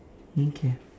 okay